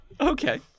Okay